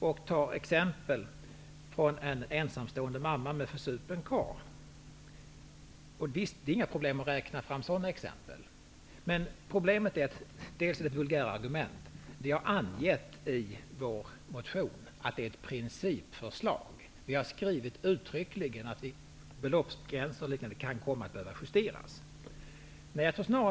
Bengt Westerberg tar en ensamstående mamma med en försupen karl som exempel. Det är inte svårt att räkna fram sådana exempel, men det är ett vulgärargument. I vår motion har vi angett att förslaget är ett principförslag. Uttryckligen har vi skrivit att beloppsgränser, m.m. kan komma att behöva justeras.